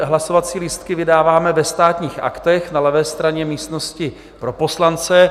Hlasovací lístky vydáváme ve Státních aktech na levé straně místnosti pro poslance.